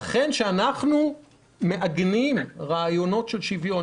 לכן כשאנחנו מעגנים רעיונות של שוויון,